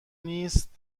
نیست